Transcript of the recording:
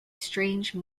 strange